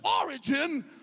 origin